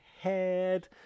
head